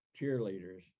cheerleaders